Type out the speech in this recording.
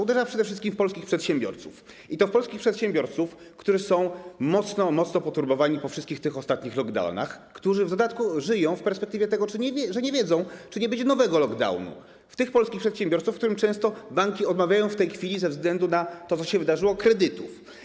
Uderza przede wszystkim w polskich przedsiębiorców, i to w polskich przedsiębiorców, którzy są mocno poturbowani po tych wszystkich ostatnich lockdownach, którzy w dodatku żyją w perspektywie tego, że nie wiedzą, czy nie będzie nowego lockdownu, w tych polskich przedsiębiorców, którym często banki odmawiają w tej chwili ze względu na to, co się wydarzyło, kredytów.